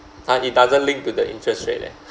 ah it doesn't linked to the interest rate leh